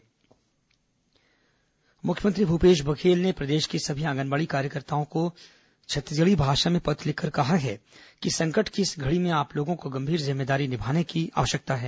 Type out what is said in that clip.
corona मुख्यमंत्री पत्र मुख्यमंत्री भूपेश बघेल ने प्रदेश की सभी आंगनबाड़ी कार्यकर्ताओं को छत्तीसगढ़ी भाषा में पत्र लिखकर कहा है कि संकट की इस घड़ी में आप लोगों को गंभीर जिम्मेदारी निभाने की जरूरत है